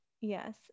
Yes